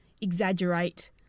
exaggerate